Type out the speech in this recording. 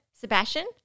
Sebastian